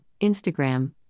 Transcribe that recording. Instagram